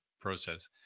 process